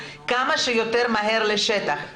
כמה שיותר מהר לשטח.